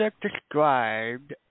described